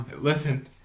Listen